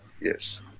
Yes